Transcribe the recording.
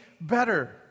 better